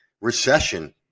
recession